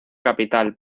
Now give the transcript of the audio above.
capital